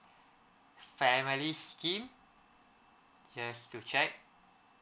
family scheme just to check